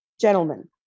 gentlemen